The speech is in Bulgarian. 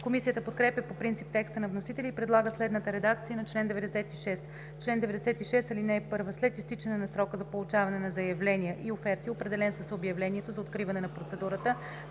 Комисията подкрепя по принцип текста на вносителя и предлага следната редакция на чл. 96: „Чл. 96. (1) След изтичане на срока за получаване на заявления и оферти, определен с обявлението за откриване на процедурата,